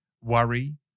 worry